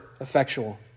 effectual